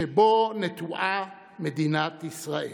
שבו נטועה מדינת ישראל.